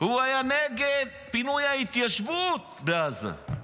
הוא היה נגד פינוי ההתיישבות בעזה.